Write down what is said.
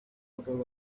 bottle